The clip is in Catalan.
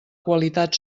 qualitat